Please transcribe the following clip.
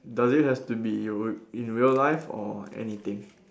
does it has to be r~ in real life or anything